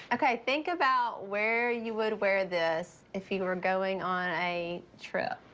okay, think about where you would wear this if you were going on a trip.